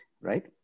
right